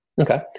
Okay